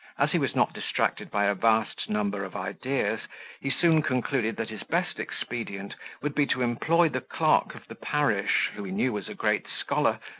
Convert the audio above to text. as he was not distracted by a vast number of ideas he soon concluded that his best expedient would be to employ the clerk of the parish, who he knew was a great scholar,